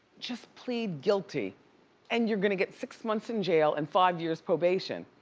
just plead guilty and you're gonna get six months in jail and five years probation.